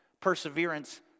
Perseverance